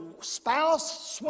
spouse